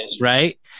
right